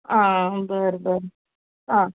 आ बरें बरें आ